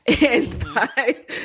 inside